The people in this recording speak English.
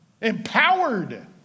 empowered